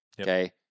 Okay